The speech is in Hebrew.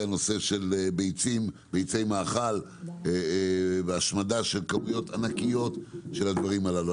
הנושא של ביצי מאכל והשמדה של כמויות ענקיות של הדברים הללו.